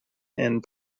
and